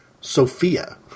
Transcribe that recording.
Sophia